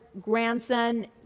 grandson